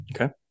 Okay